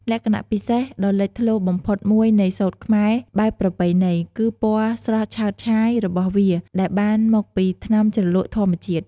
លក្ខណៈពិសេសដ៏លេចធ្លោបំផុតមួយនៃសូត្រខ្មែរបែបប្រពៃណី គឺពណ៌ស្រស់ឆើតឆាយរបស់វាដែលបានមកពី ថ្នាំជ្រលក់ធម្មជាតិ។